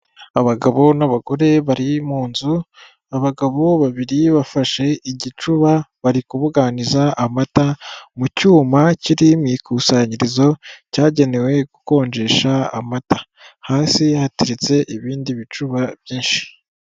Abagabo n'abagore bari mu nzu abagabo, babiri bafashe igicuba bari kubuganiza amata mu cyuma kiri mu ikusanyirizo cyagenewe gukonjesha amata, hasi hateretse ibindi bicuba byinshi.